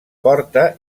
porta